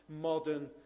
modern